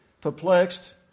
Perplexed